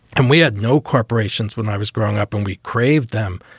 and we had no corporations when i was growing up and we craved them.